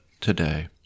today